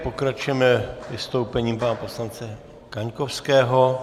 Pokračujeme vystoupením pana poslance Kaňkovského.